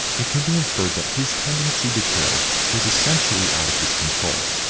it can be inferred that his tendency to kill was essentially out of his control.